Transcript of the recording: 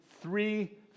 three